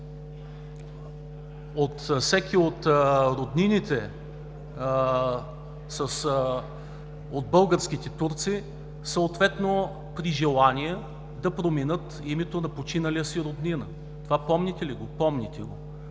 – всеки от роднините, от българските турци, при желание да промени името на починалия си роднина. Това помните ли го? Помните го.